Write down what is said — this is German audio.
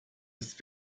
ist